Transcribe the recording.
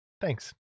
thanks